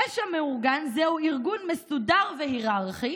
פשע מאורגן זה ארגון מסודר והיררכי